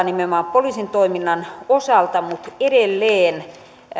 nimenomaan poliisin toiminnan osalta mutta edelleen